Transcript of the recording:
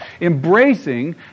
Embracing